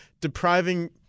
depriving